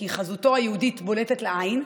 כי חזותו היהודית בולטת לעין,